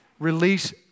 Release